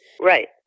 Right